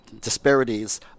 disparities